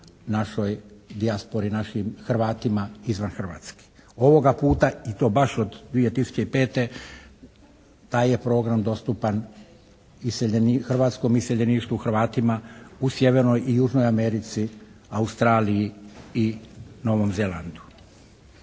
našoj dijaspori, našim Hrvatima izvan Hrvatske. Ovoga puta i to baš od 2005. taj je program dostupan hrvatskom iseljeništvu, Hrvatima u Sjevernoj i Južnoj Americi, Australiji i Novom Zelandu.